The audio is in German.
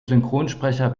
synchronsprecher